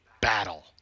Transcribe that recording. battle